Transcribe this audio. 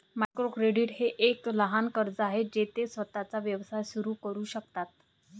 micro credit हे एक लहान कर्ज आहे जे ते स्वतःचा व्यवसाय सुरू करू शकतात